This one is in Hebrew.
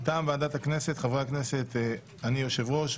אקריא את ההודעה שאני ארצה אחר כך גם להקריא